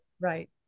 right